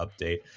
update